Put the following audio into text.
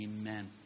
Amen